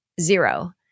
zero